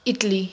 Italy